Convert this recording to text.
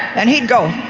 and he'd go.